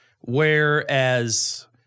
Whereas –